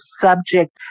subject